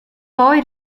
poi